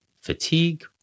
fatigue